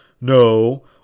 No